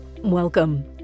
Welcome